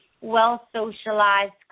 well-socialized